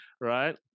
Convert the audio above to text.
right